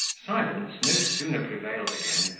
silence no sooner prevailed again,